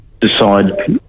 decide